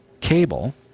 cable